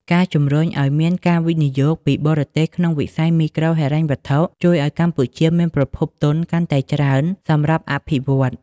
ការជំរុញឱ្យមានការវិនិយោគពីបរទេសក្នុងវិស័យមីក្រូហិរញ្ញវត្ថុ ជួយឱ្យកម្ពុជាមានប្រភពទុនកាន់តែច្រើនសម្រាប់អភិវឌ្ឍន៍។